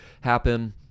happen